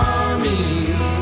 armies